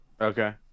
Okay